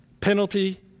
penalty